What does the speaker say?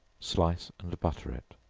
slice and butter it.